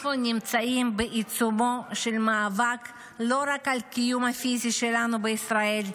אנחנו נמצאים בעיצומו של מאבק לא רק על הקיום הפיזי שלנו בישראל,